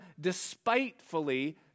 despitefully